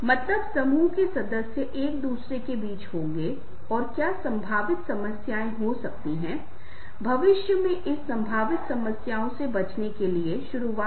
वह एक अच्छा व्यक्ति है और यदि कोई व्यक्ति अच्छा व्यक्ति कह रहा है तो इसका मतलब है कि जब भी कोई व्यक्ति किसी से मिलने जा रहा है तो उसका संचार व्यवहार अच्छा है वह उनकी बात सुनेगा वह समस्या को समझने की कोशिश करेगा